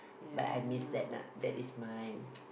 but I miss that lah that is my